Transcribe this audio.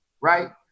right